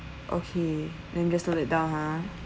okay let me just note it down ha